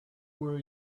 were